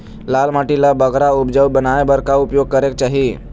लाल माटी ला बगरा उपजाऊ बनाए बर का उपाय करेक चाही?